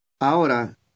Ahora